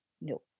No